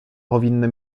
powinny